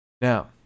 Now